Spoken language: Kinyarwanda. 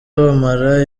abamara